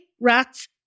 rats